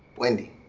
wendy.